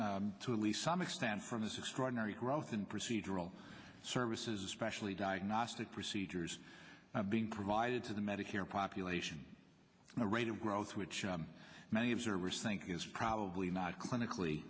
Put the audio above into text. turn to at least some extent from this extraordinary growth in procedural services especially diagnostic procedures being provided to the medicare population the rate of growth which many observers think is probably not clinically